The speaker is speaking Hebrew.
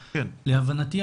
להבנתי,